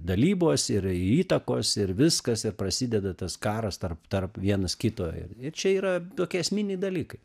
dalybos ir įtakos ir viskas ir prasideda tas karas tarp tarp vienas kito ir ir čia yra tokie esminiai dalykai